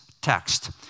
text